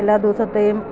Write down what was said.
എല്ലാ ദിവസത്തെയും